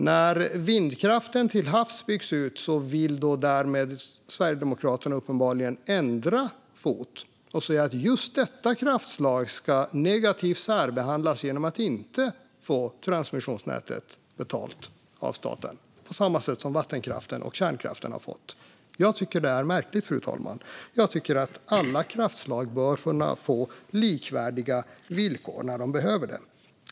När vindkraften till havs byggs ut vill Sverigedemokraterna uppenbarligen ändra fot och säga att just detta kraftslag ska särbehandlas negativt genom att inte få transmissionsnätet betalt av staten på samma sätt som vattenkraften och kärnkraften har fått. Det är märkligt, fru talman. Alla kraftslag bör få likvärdiga villkor när de behöver det.